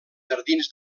jardins